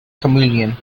chameleon